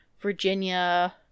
Virginia